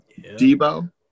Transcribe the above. Debo